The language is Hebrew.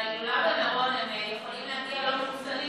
בהילולה במירון יכולים להגיע לא מחוסנים?